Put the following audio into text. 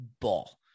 ball